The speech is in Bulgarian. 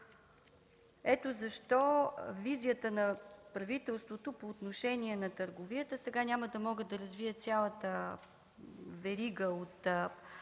Ето защо визията на правителството по отношение на търговията – сега няма да мога да развия цялата верига от